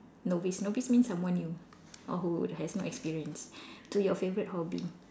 novice novice means someone new or who has no experience to your favorite hobby